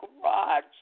garage